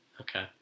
Okay